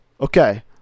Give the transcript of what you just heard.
okay